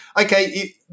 okay